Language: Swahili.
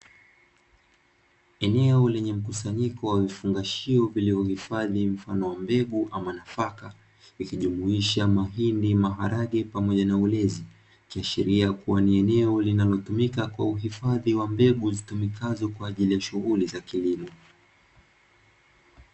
Eneo lenye mkusanyiko wa vifungashio vilivyohifadhi mfano wa mbegu ama nafaka, ikijumuisha mahindi, maharage, pamoja na ulezi, ikiashiria kuwa ni eneo linalotumika kwa uhifadhi wa mbegu zitumikazo kwa ajili ya shughuli za kilimo.